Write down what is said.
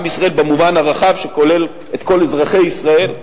עם ישראל במובן הרחב שכולל את כל אזרחי ישראל,